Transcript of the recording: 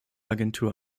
agentur